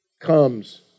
comes